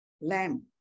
lamb